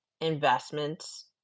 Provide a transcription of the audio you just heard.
investments